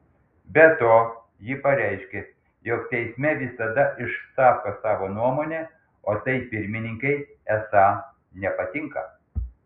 be to ji pareiškė jog teisme visada išsako savo nuomonę o tai pirmininkei esą nepatinka